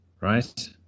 right